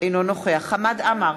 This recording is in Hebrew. אינו נוכח חמד עמאר,